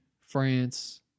France